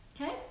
Okay